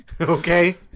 Okay